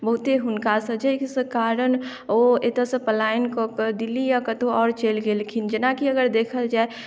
बहुते हुनकासे जेकी से कारण ओ एतय सँ पलायन कऽ कऽ दिल्ली या कतौ आओर चलि गेलखिन जेनाकी अगर देखल जाय